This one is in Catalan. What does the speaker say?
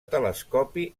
telescopi